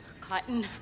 Cotton